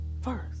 First